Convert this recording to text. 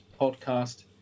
podcast